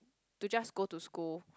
to just go to school